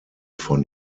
von